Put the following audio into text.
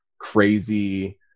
crazy